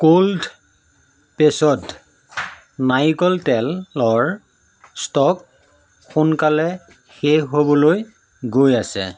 cold pressed নাৰিকল তেলৰ stock সোনকালে শেষ হ'বলৈ গৈ আছে